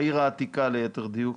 בעיר העתיקה ליתר דיוק?